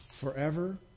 forever